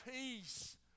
peace